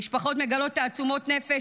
המשפחות מגלות תעצומות נפש,